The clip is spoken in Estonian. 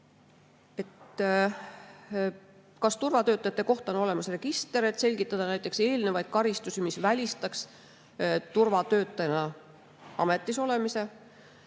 kas turvatöötajate kohta on olemas register, et selgitada eelnevaid karistusi, mis välistaks turvatöötajana ametis olemise.